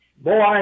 Boy